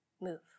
Move